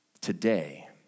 today